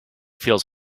feels